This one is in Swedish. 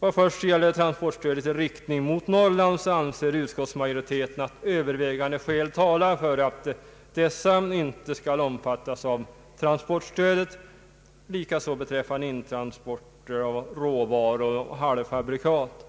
Vad först gäller transportstödet i riktning mot Norrland anser utskottsmajoriteten att övervägande skäl talar för att dessa transporter inte skall omfattas av transportstödet. Detsamma gäller beträffande intransporten av råvaror och halvfabrikat.